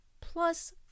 plus